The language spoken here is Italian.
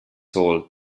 hall